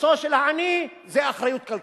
לכיסו של העני זו אחריות כלכלית.